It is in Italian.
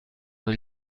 del